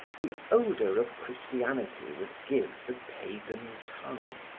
the odor of christianity would give the pagan tongue,